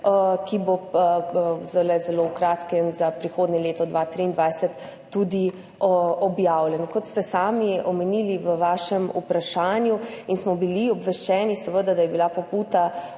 ki bo zdaj, zelo v kratkem za prihodnje leto 2023 tudi objavljen. Kot ste sami omenili v vašem vprašanju in smo seveda bili obveščeni, da je bila pobuda